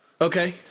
Okay